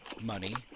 money